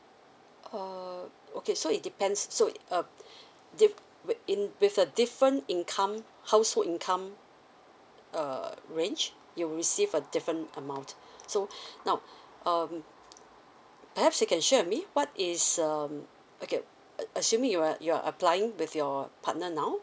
uh okay so it depends so uh dep~ in with a different income household income uh range you'll receive a different amount so now um perhaps you can share with me what is um okay assuming you're you're applying with your partner now